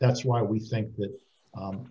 that's why we think that